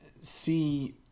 see